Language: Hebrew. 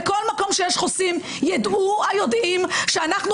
בכל מקום שיש חוסים ידעו היודעים שאנחנו